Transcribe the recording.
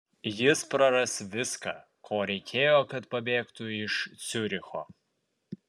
jis praras viską ko reikėjo kad pabėgtų iš ciuricho